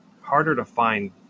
harder-to-find